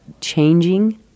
changing